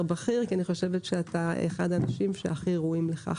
בכיר או כי אני חושבת שאתה אחד האנשים שהכי ראויים לכך.